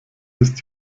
ist